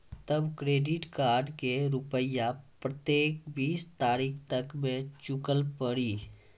तब credit card के रूपिया प्रतीक बीस तारीख तक मे चुकल पड़ी?